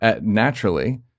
naturally